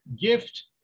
gift